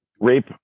rape